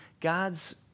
God's